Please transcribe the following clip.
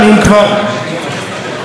והיא מדברת על הרוב הטוב.